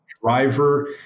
driver